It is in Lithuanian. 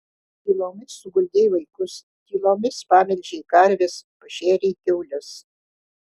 tylomis suguldei vaikus tylomis pamelžei karves pašėrei kiaules